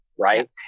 right